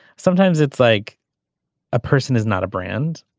sometimes it's like a person is not a brand.